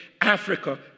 Africa